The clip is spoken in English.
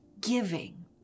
giving